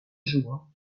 jour